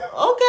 okay